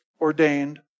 ordained